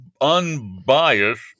unbiased